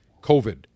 COVID